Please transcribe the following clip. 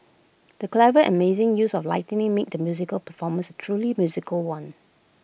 the clever and amazing use of lighting made the musical performance truly musical one